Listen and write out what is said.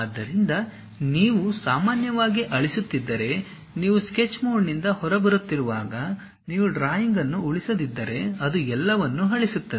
ಆದ್ದರಿಂದ ನೀವು ಸಾಮಾನ್ಯವಾಗಿ ಅಳಿಸುತ್ತಿದ್ದರೆ ನೀವು ಸ್ಕೆಚ್ ಮೋಡ್ನಿಂದ ಹೊರಬರುತ್ತಿರುವಾಗ ನೀವು ಡ್ರಾಯಿಂಗ್ ಅನ್ನು ಉಳಿಸದಿದ್ದರೆ ಅದು ಎಲ್ಲವನ್ನೂ ಅಳಿಸುತ್ತದೆ